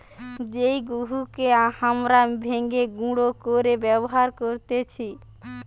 যেই গেহুকে হামরা ভেঙে গুঁড়ো করে ব্যবহার করতেছি